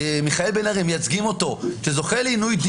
מיכאל בן ארי, מייצגים אותו, שזוכה לעינוי דין.